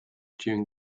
during